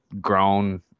grown